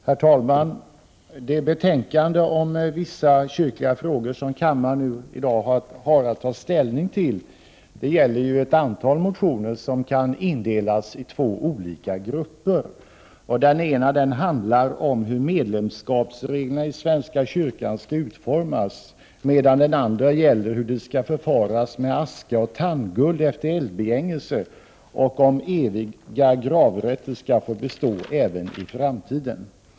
Herr talman! Det betänkande om vissa kyrkliga frågor som kammaren nu har att ta ställning till gäller ett antal motioner som kan indelas i två olika grupper. Den ena avser hur medlemskapsreglerna i svenska kyrkan skall utformas, medan den andra gäller hur det skall förfaras med aska och tandguld efter eldbegängelse och om eviga gravrätter skall få bestå även i framtiden.